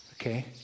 Okay